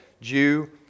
Jew